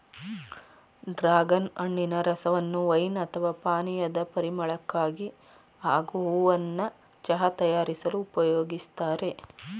dragon ಹಣ್ಣಿನ ರಸವನ್ನು wine ಅಥವಾ ಪಾನೀಯದ ಪರಿಮಳಕ್ಕಾಗಿ ಹಾಗೂ ಹೂವನ್ನ ಚಹಾ ತಯಾರಿಸಲು ಉಪಯೋಗಿಸ್ತಾರೆ